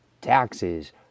taxes